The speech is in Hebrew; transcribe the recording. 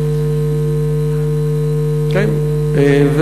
זה עניין פרשני,